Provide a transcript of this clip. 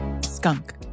skunk